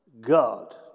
God